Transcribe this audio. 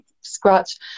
scratch